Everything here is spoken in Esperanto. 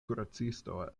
kuracisto